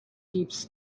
heaps